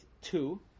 two